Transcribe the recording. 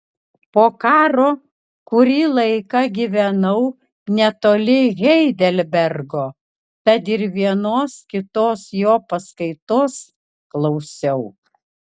po karo kurį laiką gyvenau netoli heidelbergo tad ir vienos kitos jo paskaitos klausiau